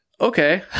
okay